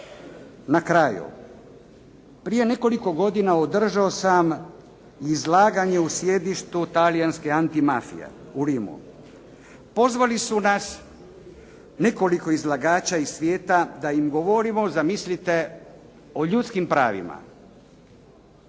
Na kraju, prije nekoliko godina održao sam izlaganje u sjedištu talijanske antimafije u Rimu. Pozvali su nas nekoliko izlagača iz svijeta da im govorimo, zamislite o ljudskim pravima.